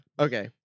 Okay